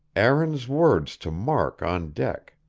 aaron's words to mark on deck.